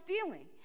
stealing